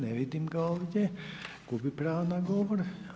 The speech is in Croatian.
Ne vidim ga ovdje, gubi pravo na govor.